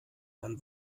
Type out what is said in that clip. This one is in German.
dann